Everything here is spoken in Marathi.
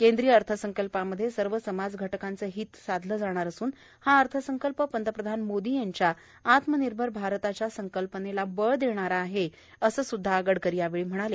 केंद्रीय अर्थसंकल्पामध्ये सर्व समाज घटकांचे हित साधले जाणार असून हा अर्थसंकल्प पंतप्रधान मोदी यांच्या आत्मनिर्भर भारताच्या संकल्पनेला बळ देणारा आहे असं सुद्धा गडकरी यांनी यावेळी सांगितलं